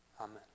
Amen